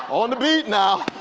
on the beat now.